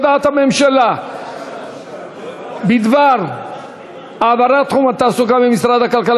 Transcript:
הודעת הממשלה בדבר העברת תחום התעסוקה ממשרד הכלכלה